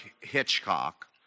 Hitchcock